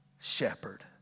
shepherd